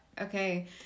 Okay